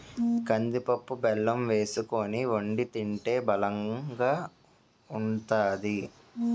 కందిపప్పు బెల్లం వేసుకొని వొండి తింటే బలంగా ఉంతాది